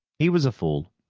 he was a fool.